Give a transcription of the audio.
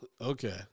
Okay